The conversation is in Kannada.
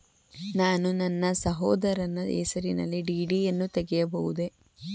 ನಾನು ನನ್ನ ಸಹೋದರನ ಹೆಸರಿನಲ್ಲಿ ಡಿ.ಡಿ ಯನ್ನು ತೆಗೆಯಬಹುದೇ?